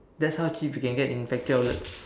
that's how cheap it can get in factory outlets